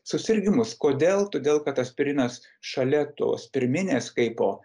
susirgimus kodėl todėl kad aspirinas šalia tos pirminės kaipo